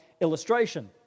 illustration